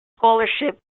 scholarship